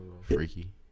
Freaky